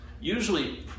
usually